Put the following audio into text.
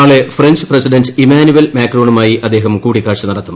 നാളെ French president Emmanuel മാക്രോണുമായി അദ്ദേഹം കൂടിക്കാഴ്ച നടത്തും